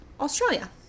Australia